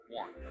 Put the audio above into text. one